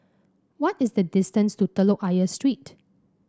what is the distance to Telok Ayer Street